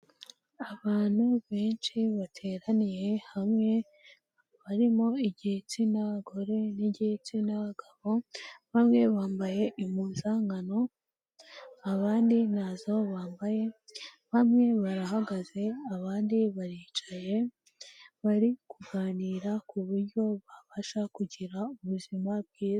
Abantu benshi bateraniye hamwe, barimo igitsina gore n'igitsina gabo, bamwe bambaye impuzankano, abandi ntazo bambaye, bamwe barahagaze abandi baricaye, bari kuganira ku buryo babasha kugira ubuzima bwiza.